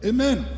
Amen